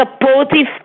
supportive